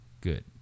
good